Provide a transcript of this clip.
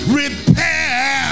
repair